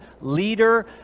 leader